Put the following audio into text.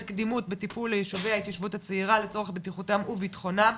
קדימות בטיפול ליישובי ההתיישבות הצעירה לצורך בטיחותם וביטחונם.